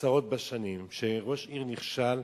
עשרות בשנים, כשראש עיר נכשל,